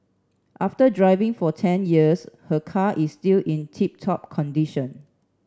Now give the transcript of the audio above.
after driving for ten years her car is still in tip top condition